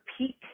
peak